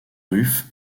ruf